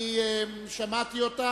אני אביא את זה